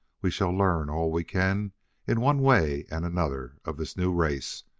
we shall learn all we can in one way and another of this new race.